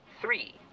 three